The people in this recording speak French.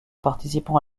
participant